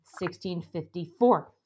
1654